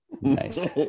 Nice